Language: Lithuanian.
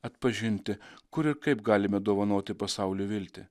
atpažinti kur ir kaip galime dovanoti pasauliui viltį